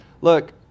look